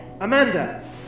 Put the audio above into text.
Amanda